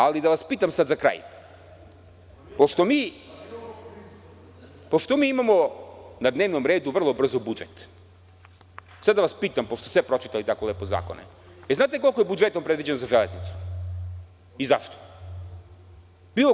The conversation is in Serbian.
Ali, da vas pitam sad za kraj, pošto mi imamo na dnevnom redu vrlo brzo budžet, pošto ste pročitali tako lepo zakone, znate li koliko je budžetom predviđeno za Železnicu i zašto?